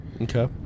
Okay